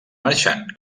marxant